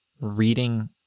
reading